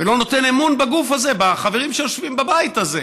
ולא נותן אמון בגוף הזה, בחברים שיושבים בבית הזה.